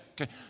Okay